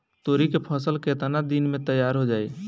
तोरी के फसल केतना दिन में तैयार हो जाई?